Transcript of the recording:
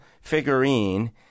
figurine